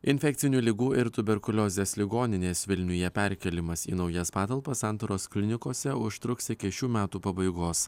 infekcinių ligų ir tuberkuliozės ligoninės vilniuje perkėlimas į naujas patalpas santaros klinikose užtruks iki šių metų pabaigos